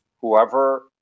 Whoever